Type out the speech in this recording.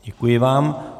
Děkuji vám.